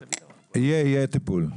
יהיה, יהיה טיפול.